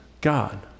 God